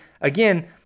again